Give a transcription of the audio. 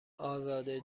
ازاده